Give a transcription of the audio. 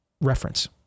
reference